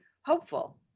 hopeful